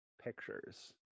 pictures